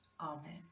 Amen